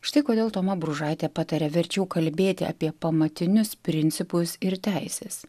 štai kodėl toma bružaitė pataria verčiau kalbėti apie pamatinius principus ir teisės